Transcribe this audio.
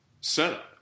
setup